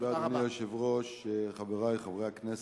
אדוני היושב-ראש, תודה, חברי חברי הכנסת,